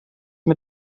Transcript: mit